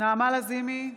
נעמה לזימי,